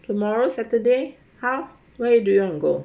tomorrow saturday how where do you want to go